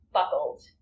buckled